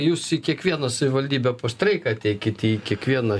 jūs į kiekvieną savivaldybę po streiką ateikit į kiekvieną